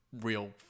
real